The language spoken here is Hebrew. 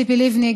ציפי לבני,